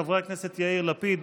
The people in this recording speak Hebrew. חברי הכנסת יאיר לפיד,